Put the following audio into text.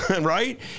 right